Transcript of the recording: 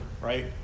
right